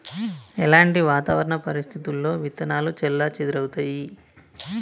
ఎలాంటి వాతావరణ పరిస్థితుల్లో విత్తనాలు చెల్లాచెదరవుతయీ?